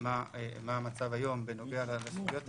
מה המצב היום בנוגע לסוגיות האלה,